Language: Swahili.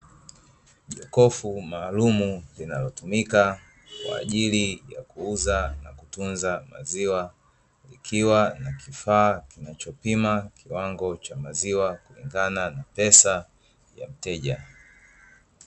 Jokofu maalumu linalotumika kwa ajili ya kuuza na kutunza maziwa, likiwa na kifaa kinachopima kiwango cha maziwa kulingana na pesa ya mteja.